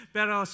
Pero